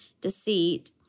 deceit